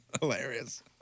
Hilarious